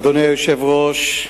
אדוני היושב-ראש,